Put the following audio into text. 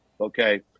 Okay